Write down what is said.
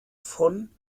von